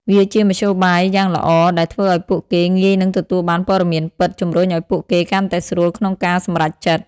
វាជាមធ្យោយបាយយ៉ាងល្អ ដែលធ្វើឲ្យពួកគេងាយនិងទទួលបានព័ត៌មានពិត ជំរុញឲ្យពួកគេកាន់តែស្រួលក្នុងការសម្រេចចិត្ត។